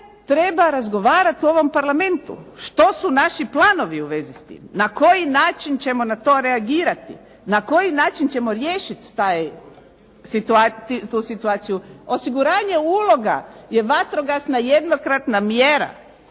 treba razgovarati u ovom Parlamentu. Što su naši planovi u vezi s tim? Na koji način ćemo na to reagirati, na koji način ćemo riješiti tu situaciju? Osiguranje uloga je vatrogasna, jednokratna mjera.